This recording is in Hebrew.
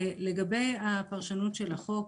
לגבי הפרשנות של החוק,